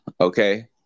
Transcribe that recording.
Okay